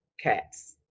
cats